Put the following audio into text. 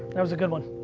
that was a good one.